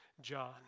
John